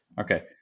Okay